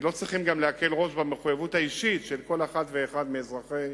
לא צריכים גם להקל ראש במחויבות האישית של כל אחת ואחד מאזרחי